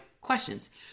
questions